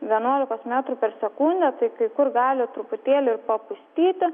vienuolikos metrų per sekundę tai kai kur gali truputėlį ir papustyti